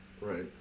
right